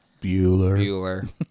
Bueller